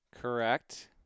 Correct